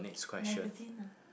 magazine ah